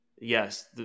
Yes